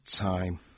time